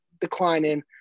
declining